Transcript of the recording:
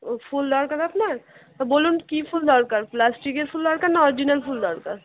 ও ফুল দরকার আপনার তো বলুন কী ফুল দরকার প্লাস্টিকের ফুল দরকার না অরিজিনাল ফুল দরকার